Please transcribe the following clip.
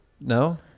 No